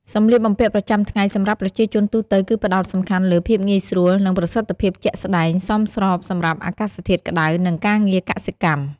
សម្លៀកបំពាក់ប្រចាំថ្ងៃសម្រាប់ប្រជាជនទូទៅគឺផ្តោតសំខាន់លើ ភាពងាយស្រួល និង ប្រសិទ្ធភាពជាក់ស្តែង សមស្របសម្រាប់អាកាសធាតុក្តៅ និងការងារកសិកម្ម។